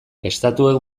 estatuek